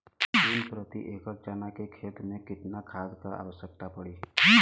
तीन प्रति एकड़ चना के खेत मे कितना खाद क आवश्यकता पड़ी?